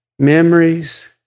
Memories